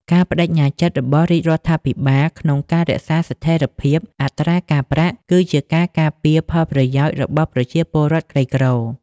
ការប្តេជ្ញាចិត្តរបស់រាជរដ្ឋាភិបាលក្នុងការរក្សាស្ថិរភាពអត្រាការប្រាក់ គឺជាការការពារផលប្រយោជន៍របស់ប្រជាពលរដ្ឋក្រីក្រ។